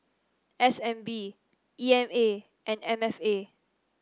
S N B E M A and M F A